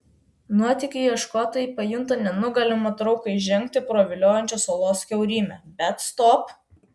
nuotykių ieškotojai pajunta nenugalimą trauką įžengti pro viliojančią olos kiaurymę bet stop